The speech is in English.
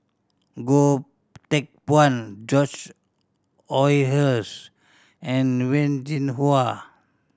Goh Teck Phuan George Oehlers and Wen Jinhua